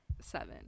seven